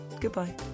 Goodbye